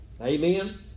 Amen